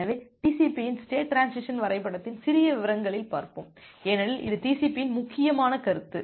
எனவே TCPயின் state transition வரைபடத்தின் சிறிய விவரங்களில் பார்ப்போம் ஏனெனில் இது TCPயின் முக்கியமான கருத்து